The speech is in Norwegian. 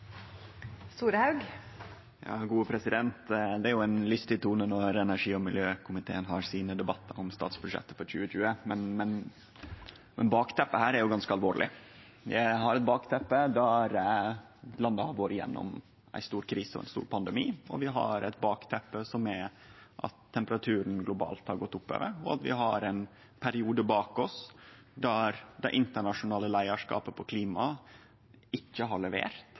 ein lystig tone når energi- og miljøkomiteen har sine debattar om statsbudsjettet for 2020, men bakteppet her er jo ganske alvorleg. Vi har eit bakteppe der landet har vore igjennom ei stor krise og ein stor pandemi, og vi har eit bakteppe som er at temperaturen globalt har gått oppover, og at vi har ein periode bak oss der det internasjonale leiarskapet på klima ikkje har levert